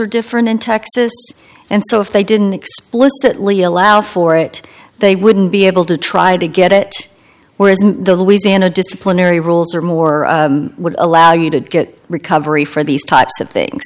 are different in texas and so if they didn't explicitly allow for it they wouldn't be able to try to get it whereas the louisiana disciplinary rules or more would allow you to get recovery for these types of things